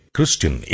Christian